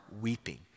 weeping